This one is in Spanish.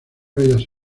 bellas